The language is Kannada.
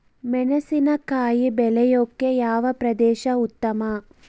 ಮೆಣಸಿನಕಾಯಿ ಬೆಳೆಯೊಕೆ ಯಾವ ಪ್ರದೇಶ ಉತ್ತಮ?